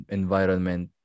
environment